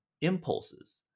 impulses